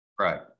Right